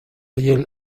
hiel